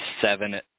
seven